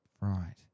Right